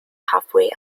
halfway